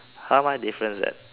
how am I difference that